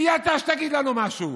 מי אתה שתגיד לנו משהו?